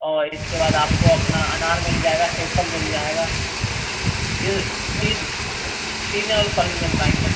और इसके बाद आपको अपना अनार मिल जाएगा सेब फल मिल जाएगा ये सीजनेबल फल मिल पाएंगे